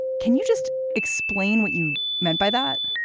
can you just explain what you meant by that?